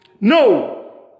No